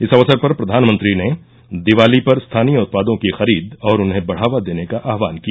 इस अवसर पर फ्रवानमंत्री ने दिवाली पर स्थानीय उत्पादों की खरीद और उन्हें बढ़ावा देने का आह्वान किया